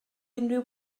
unrhyw